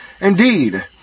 Indeed